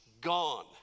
gone